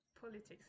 politics